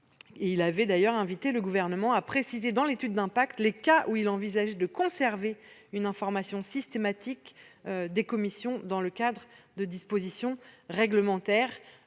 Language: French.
avait d'ailleurs invité le Gouvernement à préciser dans l'étude d'impact les cas où il envisageait de conserver une information systématique des commissions dans le cadre de dispositions réglementaires.